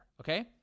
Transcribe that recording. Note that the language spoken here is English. Okay